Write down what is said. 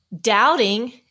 doubting